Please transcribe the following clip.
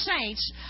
saints